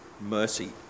mercy